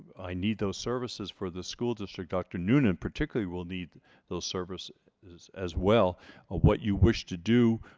i need those services for the school district dr. noonan particularly will need those services as as well ah what you wish to do